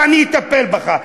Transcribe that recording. ואני אטפל בך.